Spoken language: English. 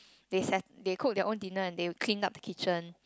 they set they cook their own dinner and they will clean up the kitchen